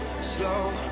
slow